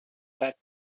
fat